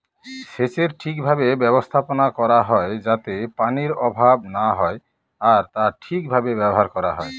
সেচের ঠিক ভাবে ব্যবস্থাপনা করা হয় যাতে পানির অভাব না হয় আর তা ঠিক ভাবে ব্যবহার করা হয়